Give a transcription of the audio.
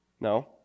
No